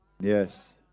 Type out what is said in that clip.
Yes